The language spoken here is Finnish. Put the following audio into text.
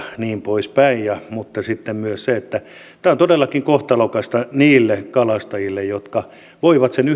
niin poispäin mutta sitten myös se että tämä on todellakin kohtalokasta niille kalastajille jotka voivat sen yhden